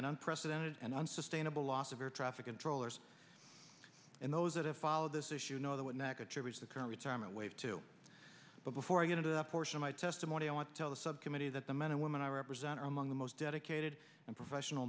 unprecedented and i'm sustainable loss of air traffic controllers and those that have followed this issue know that what negative is the current retirement wave two but before i get into the portion of my testimony i want to tell the subcommittee that the men and women i represent are among the most dedicated and professional